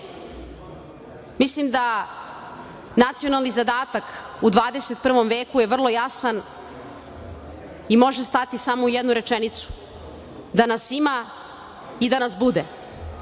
mislim da nacionalni zadatak u 21. veku je vrlo jasan i može stati samo u jednu rečenicu da nas ima i da nas bude